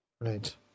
Right